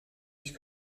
ich